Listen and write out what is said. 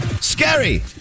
scary